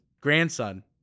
grandson